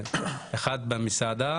במסעדה